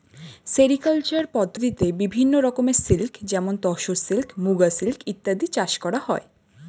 sericulture পদ্ধতিতে বিভিন্ন রকমের সিল্ক যেমন তসর সিল্ক, মুগা সিল্ক ইত্যাদি চাষ করা হয়